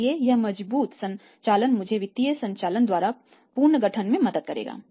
इसलिए यह मजबूत संचालन मुझे वित्तीय संरचना द्वारा पुनर्गठन में मदद करेगा